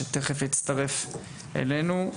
שתכף יצטרף אלינו.